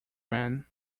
men